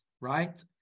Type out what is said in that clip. right